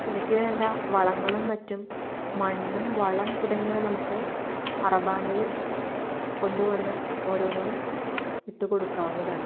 ഇവയ്ക്ക് വേണ്ട വളങ്ങളും മറ്റും മണ്ണ് വളം തുടങ്ങിയവ നമുക്ക് അറബാനയിൽ കൊണ്ടു വന്ന് ഓരോന്നിനും ഇട്ട് കൊടുക്കാവുന്നതാണ്